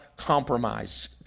compromise